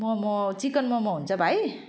मम chicken मम हुन्छ भाइ